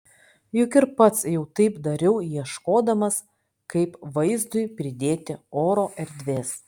juk ir pats jau taip dariau ieškodamas kaip vaizdui pridėti oro erdvės